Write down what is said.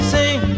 Sing